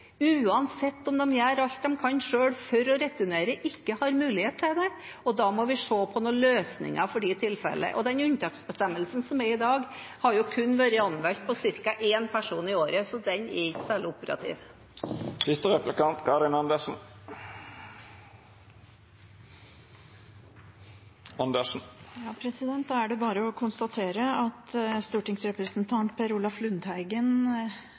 uansett om de selv gjør alt de kan for å returnere, ikke har mulighet til det. Da må vi se på noen løsninger for de tilfellene. Den unntaksbestemmelsen som er i dag, har jo kun vært anvendt på ca. én person i året, så den er ikke særlig operativ. Då er tida ute. Da er det bare å konstatere at stortingsrepresentant Per Olaf Lundteigen,